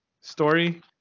story